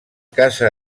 casa